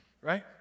right